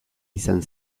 izan